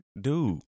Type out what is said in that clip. dude